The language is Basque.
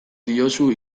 diozu